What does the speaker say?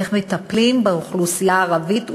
איך מטפלים באוכלוסייה הערבית,